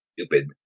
stupid